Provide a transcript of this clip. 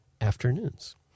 afternoons